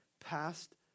Past